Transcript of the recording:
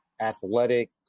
athletic